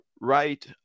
right